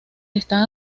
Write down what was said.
están